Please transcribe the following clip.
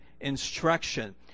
instruction